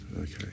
Okay